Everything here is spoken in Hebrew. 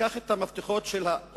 לקח את המפתחות של האוטו,